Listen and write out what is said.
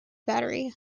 battery